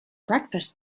breakfast